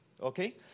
okay